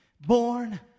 born